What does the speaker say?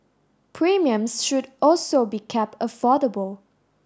premiums should also be kept affordable